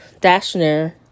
Dashner